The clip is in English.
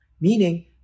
meaning